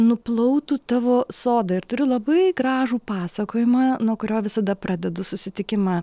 nuplautų tavo sodą ir turiu labai gražų pasakojimą nuo kurio visada pradedu susitikimą